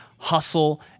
hustle